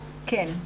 כן.